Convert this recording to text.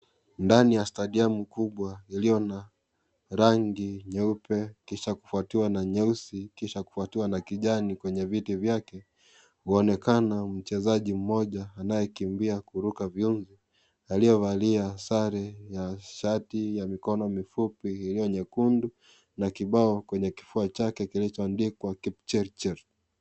Ndani ya stadium kubwa iliyo na rangi nyeupe kisha kufuatiwa na nyeusi, kisha kufuatiwa na kijani kwenye viti vyake. Kunaonekana mchezaji mmoja anayekimbia kuruka viunzi ,aliyevalia sare za shati ya mikono mifupi iliyo nyekundu na kibao kwenye kifua chake kilichoandikwa Kipchirchir.